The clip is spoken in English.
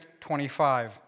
25